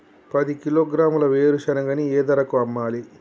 పది కిలోగ్రాముల వేరుశనగని ఏ ధరకు అమ్మాలి?